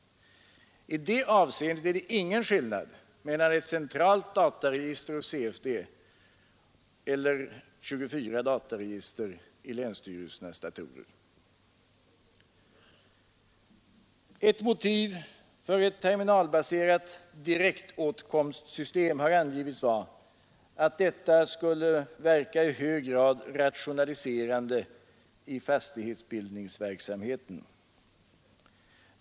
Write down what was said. I detta avseende är det ingen skillnad mellan ett centralt dataregister hos CFD och 24 dataregister i länsstyrelsernas datorer. Ett motiv för ett terminalbaserat direktåtkomstsystem har angivits vara att detta skulle verka i hög grad rationaliserande i fastighetsbildningsverksamheten.